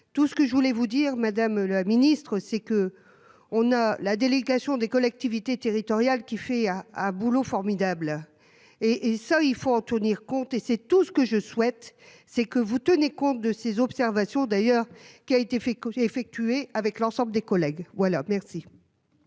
Tout ce que je voulais vous dire, madame la Ministre, c'est que on a la délégation des collectivités territoriales qui fait à un boulot formidable et et ça il faut en tenir compte et c'est tout ce que je souhaite c'est que vous tenez compte de ses observations d'ailleurs qui a été fait côté effectué avec l'ensemble des collègues. Voilà, merci.